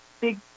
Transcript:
big